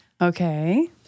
Okay